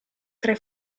tre